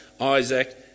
Isaac